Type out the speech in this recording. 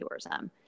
tourism